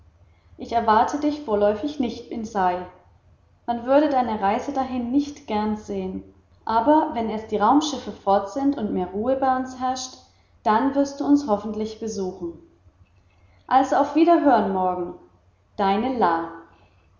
ich erwarte dich vorläufig nicht in sei man würde deine reise dahin nicht gern sehen aber wenn erst die raumschiffe fort sind und mehr ruhe bei uns herrscht dann wirst du uns hoffentlich besuchen also auf wiederhören morgen deine